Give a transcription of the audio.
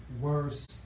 Worse